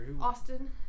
Austin